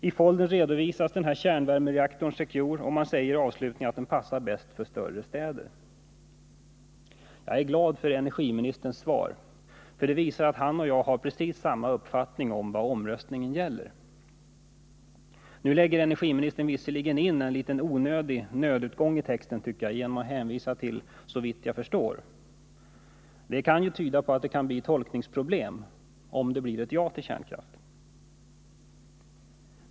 I foldern redovisas den här kärnkraftsreaktorn secure, och i avslutningen sägs att reaktorn passar bäst för större städer. Jag är glad för energiministerns svar, för det visar att han och jag har precis samma uppfattning om vad omröstningen gäller. Energiministern använder visserligen enlitet onödig nödutgång i texten genom att hänvisa till ”såvitt jag kan förstå”. Det kan ju tyda på att det kan bli tolkningsproblem om det blir ett ja till kärnkraften.